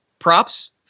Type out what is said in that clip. Props